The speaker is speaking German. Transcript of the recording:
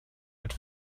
mit